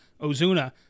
Ozuna